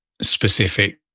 specific